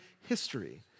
history